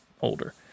older